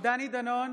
דני דנון,